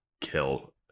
kill